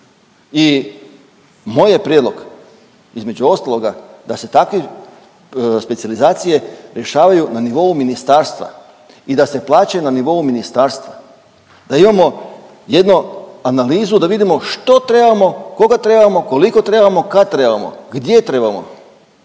I moj je prijedlog između ostaloga da se takvi specijalizacije rješavaju na nivou ministarstva i da se plaćaju na nivou ministarstva, da imamo jednu analizu da vidimo što trebamo, koga trebamo, koliko trebamo, kad trebamo, gdje trebamo.